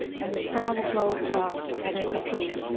and the travel goes up, and is approved.